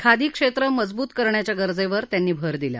खादी क्षेत्र मजबूत करण्याच्या गरजेवर त्यांनी भर दिला